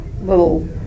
little